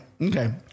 Okay